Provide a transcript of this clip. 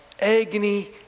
agony